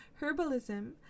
herbalism